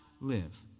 live